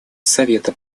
совета